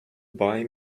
buy